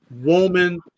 woman